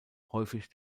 häufig